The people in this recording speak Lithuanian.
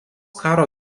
karo